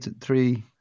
three